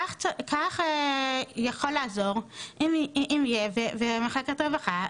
כך יכול לעזור אם יהיה ומחלקת הרווחה,